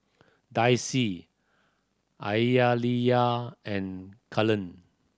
Dicy Aaliyah and Cullen